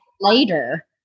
later